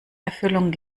erfüllung